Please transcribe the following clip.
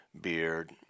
beard